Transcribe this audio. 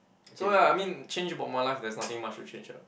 so ya I mean change about my life there's nothing much to change ah